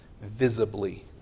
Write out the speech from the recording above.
visibly